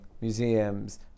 museums